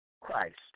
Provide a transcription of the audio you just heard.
Christ